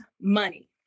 money